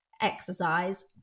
exercise